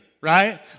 right